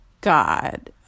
God